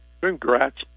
Congrats